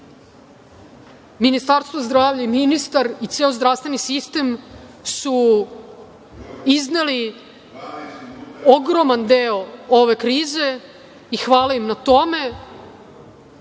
Ministarstvo zdravlja i ministar i ceo zdravstveni sistem su izneli ogroman deo ove krize i hvala im na